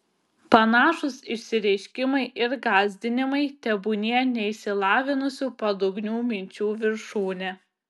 panašūs išsireiškimai ir gąsdinimai tebūnie neišsilavinusių padugnių minčių viršūnė